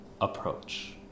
approach